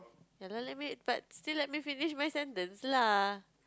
ya lah let me but still let me finish my sentence lah